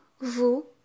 vous